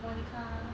monica